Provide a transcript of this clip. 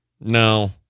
No